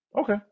okay